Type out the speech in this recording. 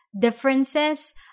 differences